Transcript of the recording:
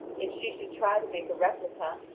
if she should try to make a replica,